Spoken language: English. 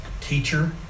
teacher